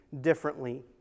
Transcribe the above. differently